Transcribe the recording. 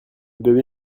bébé